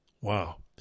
Wow